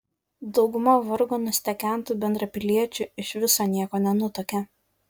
dauguma vargo nustekentų bendrapiliečių iš viso nieko nenutuokia